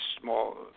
small